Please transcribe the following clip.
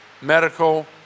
medical